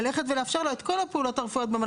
לאפשר לו את כל הפעולות הרפואיות.